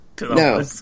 No